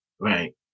Right